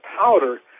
powder